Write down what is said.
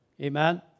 Amen